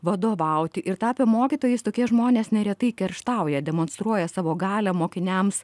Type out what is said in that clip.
vadovauti ir tapę mokytojais tokie žmonės neretai kerštauja demonstruoja savo galią mokiniams